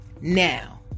Now